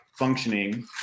Functioning